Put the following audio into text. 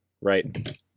right